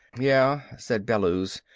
yeah, said bellews.